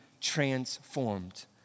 transformed